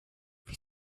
wie